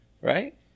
right